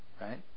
right